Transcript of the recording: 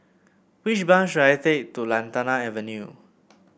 which bus should I take to Lantana Avenue